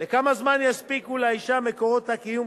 לכמה זמן יספיקו לאשה מקורות הקיום